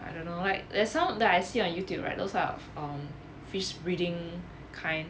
I don't know like there's some that I see on youtube right those type of um fish breeding kind